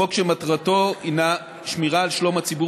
חוק שמטרתו הינה שמירה על שלום הציבור